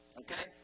okay